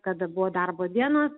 kada buvo darbo diena